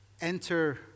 enter